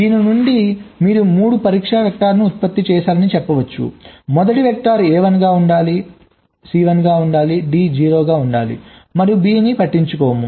దీని నుండి మీరు 3 పరీక్ష వెక్టర్లను ఉత్పత్తి చేశారని చెప్పవచ్చు మొదటి వెక్టర్ A 1 గా ఉండాలి C 1 గా ఉండాలి D 0 గా ఉండాలి మరియు B పట్టించుకోము